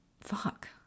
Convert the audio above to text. fuck